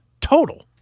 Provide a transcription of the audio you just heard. total